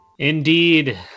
Indeed